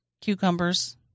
cucumbers